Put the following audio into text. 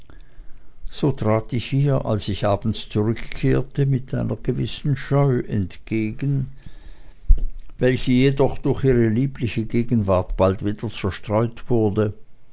so trat ich ihr als ich abends zurückkehrte mit einer gewissen scheu entgegen welche jedoch durch ihre liebliche gegenwart bald wieder zerstreut wurde